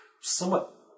somewhat